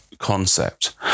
concept